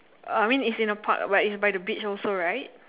uh I mean is in a park but it's by the beach also right